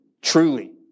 truly